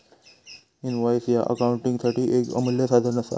invoice ह्या अकाउंटिंगसाठी येक अमूल्य साधन असा